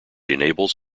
enables